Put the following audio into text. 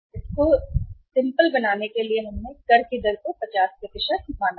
की ख़ातिर सादगी हमने कर की दर को 50 सही माना है